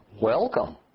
Welcome